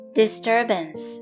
disturbance